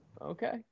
Okay